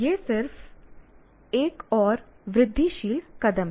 यह सिर्फ एक और वृद्धिशील कदम है